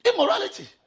Immorality